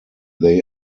they